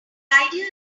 idea